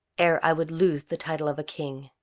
ere i would lose the title of a king.